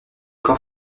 qu’en